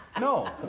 No